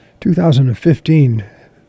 2015